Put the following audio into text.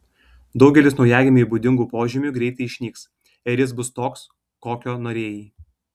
daugelis naujagimiui būdingų požymių greitai išnyks ir jis bus toks kokio norėjai